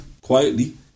quietly